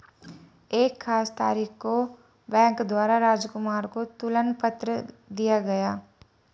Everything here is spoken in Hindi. एक खास तारीख को बैंक द्वारा राजकुमार को तुलन पत्र दिया गया